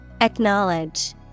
Acknowledge